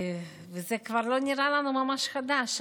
וזה כבר לא נראה לנו ממש חדש.